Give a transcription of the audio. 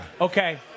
Okay